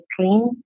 clean